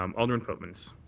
um alderman pootmans.